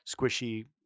squishy